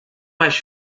mais